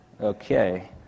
okay